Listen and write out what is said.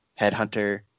Headhunter